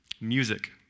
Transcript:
music